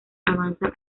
avanza